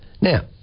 Now